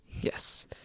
Yes